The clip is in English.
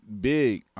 big